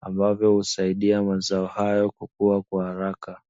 ambavyo husaidia mazao haya kukua kwa haraka.